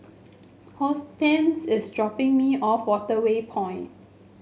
Hortense is dropping me off at Waterway Point